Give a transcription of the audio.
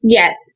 yes